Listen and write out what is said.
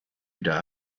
wieder